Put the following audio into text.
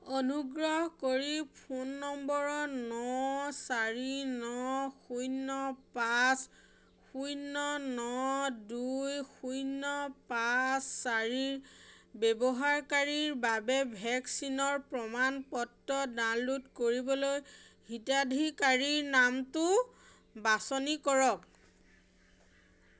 অনুগ্ৰহ কৰি ফোন নম্বৰৰ ন চাৰি ন শূন্য পাঁচ শূন্য ন দুই শূন্য পাঁচ চাৰিৰ ব্যৱহাৰকাৰীৰ বাবে ভেকচিনৰ প্ৰমাণপত্ৰ ডাউনলোড কৰিবলৈ হিতাধিকাৰীৰ নামটো বাছনি কৰক